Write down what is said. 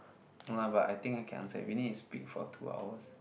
no lah but I think I can answer it we need to speak for two hours